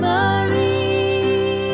Marie